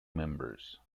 members